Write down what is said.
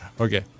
Okay